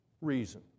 reason